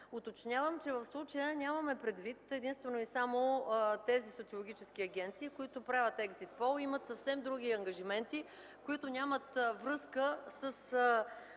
Уточнявам, че в случая нямаме предвид единствено и само тези социологически агенции, които правят екзит пол. Те имат съвсем други ангажименти, които нямат връзка с